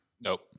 Nope